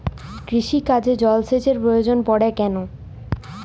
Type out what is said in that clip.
কৃষিকাজে জলসেচের প্রয়োজন পড়ে কেন?